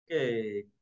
Okay